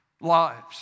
lives